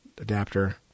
adapter